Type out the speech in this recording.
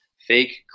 Fake